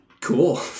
Cool